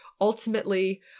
ultimately